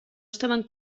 estaven